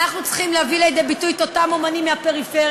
אנחנו צריכים להביא לידי ביטוי את אותם אמנים מהפריפריה,